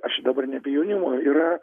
aš dabar ne apie jaunimo yra